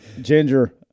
Ginger